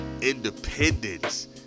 independence